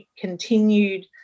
continued